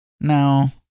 No